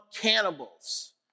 cannibals